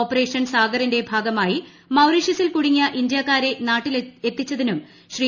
operation സാഗറിന്റെ ഭാഗമായി മൌറീഷ്യസിൽ കൂടുങ്ങിയ ഇന്ത്യാക്കാരെ നാട്ടിലെത്തിച്ചതിനും ശ്രീ